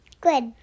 Good